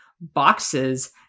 boxes